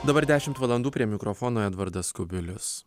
dabar dešimt valandų prie mikrofono edvardas kubilius